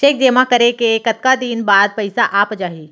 Cheque जेमा करें के कतका दिन बाद पइसा आप ही?